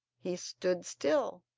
he stood still,